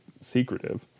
secretive